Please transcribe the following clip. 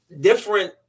different